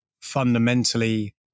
fundamentally